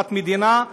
אדמת מדינה,